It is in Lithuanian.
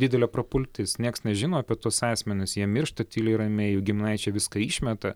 didelė prapultis nieks nežino apie tuos asmenis jie miršta tyliai ramiai jų giminaičiai viską išmeta